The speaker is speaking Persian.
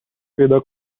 پیدا